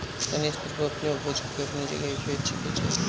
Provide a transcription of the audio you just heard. स्थानीय स्तर पर अपने ऊपज के कवने जगही बेचे के चाही?